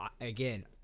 Again